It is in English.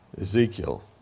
Ezekiel